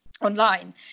online